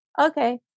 okay